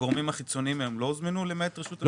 הגורמים החיצוניים לא הוזמנו, למעט רשות המסים?